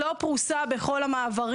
לא פרוסה בכל המעברים.